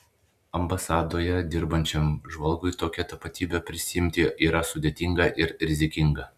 ambasadoje dirbančiam žvalgui tokią tapatybę prisiimti yra sudėtinga ir rizikinga